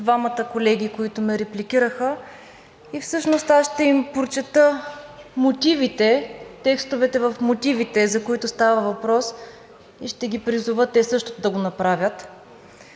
двамата колеги, които ме репликираха, и всъщност аз ще им прочета мотивите – текстовете в мотивите, за които става въпрос, и ще ги призова те също да го направят.